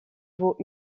vaut